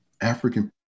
African